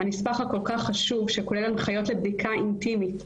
הנספח הכל כך חשוב שכולל הנחיות לבדיקה אינטימית.